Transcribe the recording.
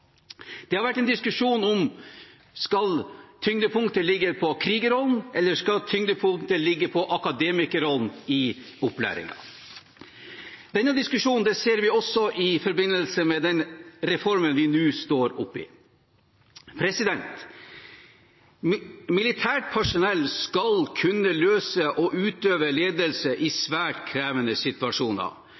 Det har vært en diskusjon om tyngdepunktet skal ligge på krigerrollen eller om tyngdepunktet skal ligge på akademikerrollen i opplæringen. Denne diskusjonen ser vi også i forbindelse med den reformen vi nå står oppe i. Militært personell skal kunne løse og utøve ledelse i svært krevende situasjoner.